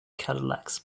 cadillacs